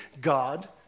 God